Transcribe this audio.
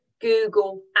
Google